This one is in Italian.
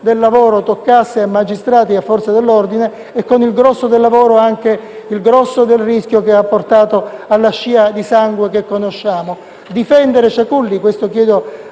del lavoro toccasse ai magistrati e alle Forze dell'ordine e, con il grosso del lavoro, anche il grosso del rischio, che ha portato alla scia di sangue che tutti conosciamo. Difendere Ciaculli - questo chiedo